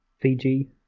Fiji